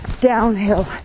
downhill